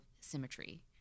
symmetry